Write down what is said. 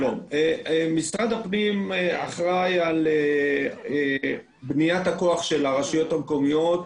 משרד הפנים אחראי על בניית הכוח של הרשויות המקומיות